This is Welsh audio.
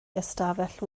ystafell